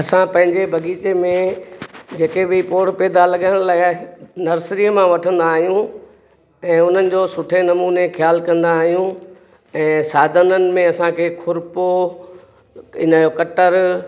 असां पंहिंजे बगीचे में जिथे बि पेड़ पौधा लॻाइण लाइ नर्सरीअ मां वठंदा आहियूं ऐं उन्हनि जो सुठे नमूने ख़्याल कंदा आहियूं ऐं साधननि में असांखे खुर्पो इनजो कटर